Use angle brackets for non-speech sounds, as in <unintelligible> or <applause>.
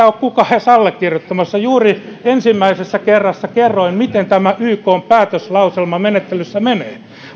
<unintelligible> ole kukaan edes allekirjoittamassa juuri ensimmäisellä kerralla kerroin miten tämä ykn päätöslauselmamenettelyssä menee